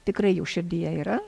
tikrai jų širdyje yra